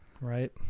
Right